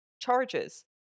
charges